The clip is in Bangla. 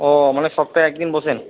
ও মানে সপ্তাহে একদিন বসেন